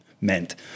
meant